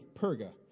Perga